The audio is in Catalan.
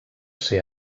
ser